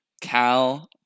Cal